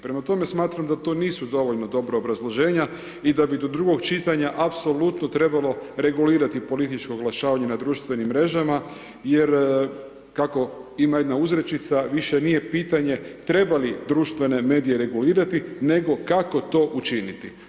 Prema tome, smatram da to nisu dovoljno dobra obrazloženja i da bi do drugog čitanja apsolutno trebalo regulirati političko oglašavanje na društvenim mrežama jer kako ima jedna uzrečica, više nije pitanje trebali regulirati nego kako to učiniti.